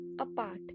apart